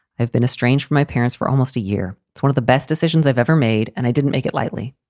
i've been estranged from my parents for almost a year. it's one of the best decisions i've ever made. and i didn't make it lightly.